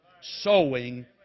sowing